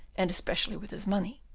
and especially with his money,